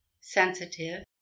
sensitive